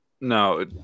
No